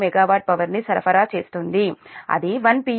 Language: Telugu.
u MW పవర్ ని సరఫరా చేస్తుంది అది 1 p